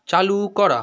চালু করা